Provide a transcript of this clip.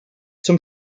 zum